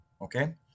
okay